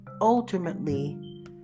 ultimately